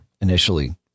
initially